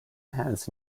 has